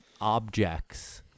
objects